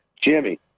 Jimmy